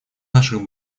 наших